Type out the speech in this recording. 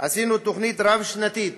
עשינו תוכנית רב-שנתית